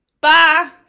Bye